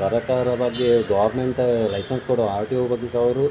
ಸರಕಾರ ಬಗ್ಗೆ government licence ಕೊಡುವ ಆರ್ ಟಿ ಓ ಬಗ್ಗೆ ಸಹ ಅವರು